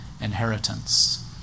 inheritance